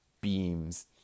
beams